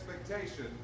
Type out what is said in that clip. expectation